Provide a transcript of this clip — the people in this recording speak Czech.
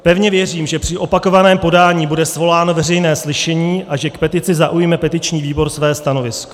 Pevně věřím, že při opakovaném podání bude svoláno veřejné slyšení a že k petici zaujme petiční výbor své stanovisko.